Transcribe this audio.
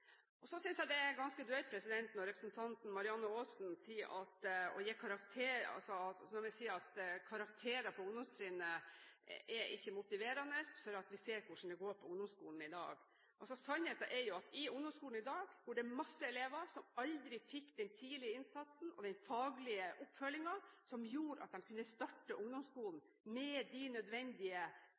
Så synes jeg det er ganske drøyt når representanten Marianne Aasen sier at karakterer på ungdomstrinnet ikke er motiverende, for vi ser hvordan det går på ungdomsskolen i dag. Sannheten er jo at det i ungdomsskolen i dag går mange elever som aldri fikk den tidlige innsatsen og den faglige oppfølgingen som gjorde at de kunne starte ungdomsskolen med de nødvendige